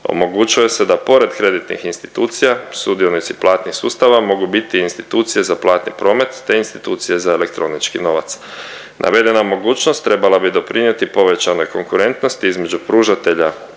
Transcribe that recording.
omogućuje se da pored kreditnih institucija sudionici platnih sustava mogu biti institucije za platni promet te institucije za elektronički novac. Navedena mogućnost trebala bi doprinijeti povećanoj konkurentnosti između pružatelja